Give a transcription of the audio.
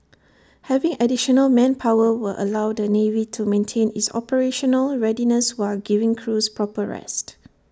having additional manpower will allow the navy to maintain its operational readiness while giving crews proper rest